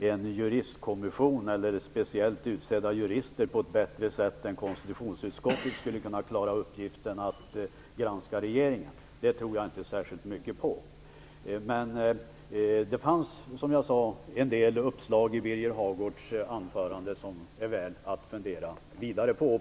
en juristkommission eller speciellt utsedda jurister skulle kunna klara uppgiften att granska regeringen på ett bättre sätt än konstitutionsutskottet. Det tror jag inte särskilt mycket på. Som jag sade fanns det dock en del uppslag i Birger Hagårds anförande som det är värt att fundera vidare på.